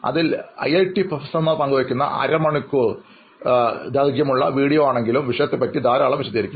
അതിൽ IIT professor പങ്കുവയ്ക്കുന്ന അരമണിക്കൂർ ദൈർഘ്യമുള്ള വീഡിയോ ആണെങ്കിലും വിഷയത്തെ കുറിച്ച് ധാരാളം വിശദീകരിക്കും